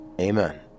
Amen